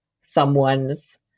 someone's